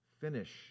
finish